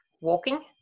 walking